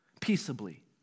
peaceably